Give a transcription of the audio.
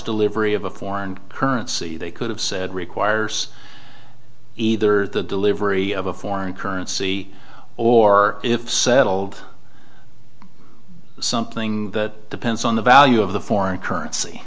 delivery of a foreign currency they could have said requires either the delivery of a foreign currency or if settled something that depends on the value of the foreign currency